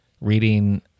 reading